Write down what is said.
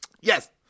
Yes